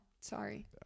sorry